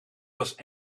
was